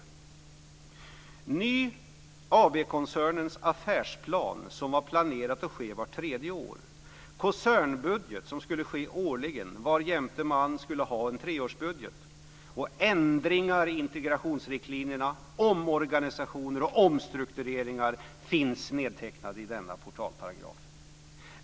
"Det står här att bestämmelsen handlar om godkännande av Ny AB-koncernens affärsplan, som var planerat att ske vart tredje år, och av koncernbudgeten, som skulle ske årligen varjämte man skulle ha treårsbudget. Sedan står det: inkluderande ändringar i integrationsriktlinjerna, omorganisationer och omstruktureringar." Detta finns nedtecknat i portalparagrafen.